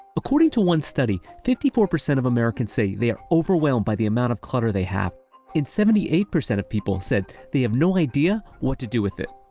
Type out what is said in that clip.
according to one study, fifty four percent of americans say they are overwhelmed by the amount of clutter they have and seventy eight percent of people said they have no idea what to do with it.